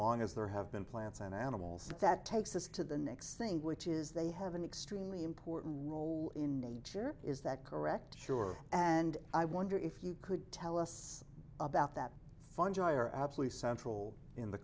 long as there have been plants and animals that takes this to the next thing which is they have an extremely important role in nature is that correct sure and i wonder if you could tell us about that fungi are absolutely central in the